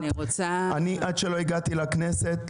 עד שלא הגעתי לכנסת,